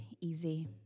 easy